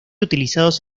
utilizados